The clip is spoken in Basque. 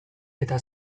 eta